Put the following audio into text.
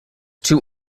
two